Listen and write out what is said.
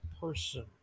person